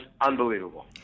unbelievable